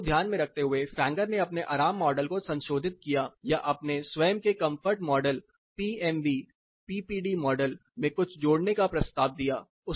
इस बात को ध्यान में रखते हुए फैंगर ने अपने आराम मॉडल को संशोधित किया है या अपने स्वयं के comfort model PMV PPD model में कुछ जोड़ने का प्रस्ताव दिया